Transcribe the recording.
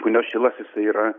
punios šilas jisai yra